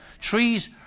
Trees